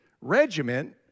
regiment